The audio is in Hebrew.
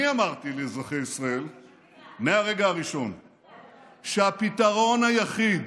אני אמרתי לאזרחי ישראל מהרגע הראשון שהפתרון היחיד